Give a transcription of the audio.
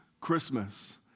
Christmas